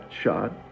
shot